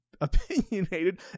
opinionated